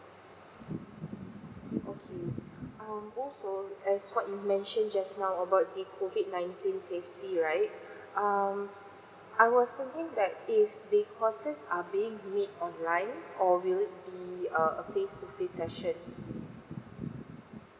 okay um also as what you mention just now about the COVID nineteen safety right um I was thinking that if the courses are being meet online or will it be uh a face to face sessions